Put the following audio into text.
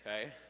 Okay